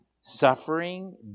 Suffering